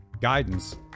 Guidance